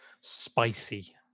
spicy